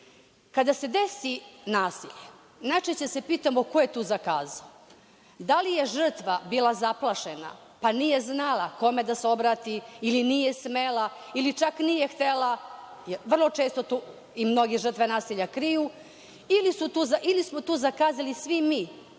se desi nasilje, najčešće se pitamo ko je tu zakazao. Da li je žrtva bila zaplašena pa nije znala kome da se obrati ili nije smela ili čak nije htela, vrlo često i mnoge žrtve nasilja kriju ili smo tu zakazali svi mi